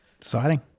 Exciting